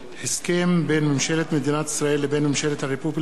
הסכם בין ממשלת מדינת ישראל לבין ממשלת הרפובליקה של